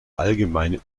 allgemeine